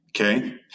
Okay